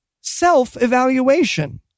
self-evaluation